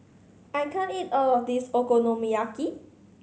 I can't eat all of this Okonomiyaki